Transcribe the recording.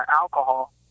alcohol